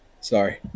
Sorry